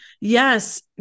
yes